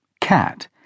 Cat